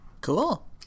Cool